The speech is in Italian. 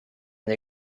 dei